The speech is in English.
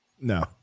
No